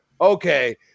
okay